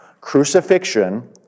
crucifixion